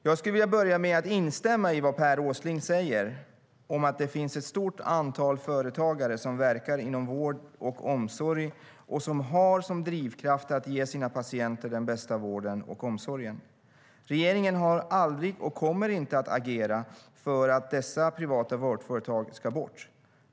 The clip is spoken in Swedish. Jag skulle vilja börja med att instämma i vad Per Åsling säger om att det finns ett stort antal företagare som verkar inom vård och omsorg och som har som drivkraft att ge sina patienter den bästa vården och omsorgen. Regeringen har aldrig och kommer inte att agera för att dessa privata vårdföretagare ska bort.